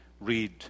read